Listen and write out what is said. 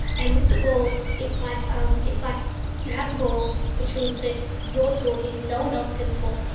and with the ball it's like um it's like you have the ball, which means that you're talking, no-one else can talk,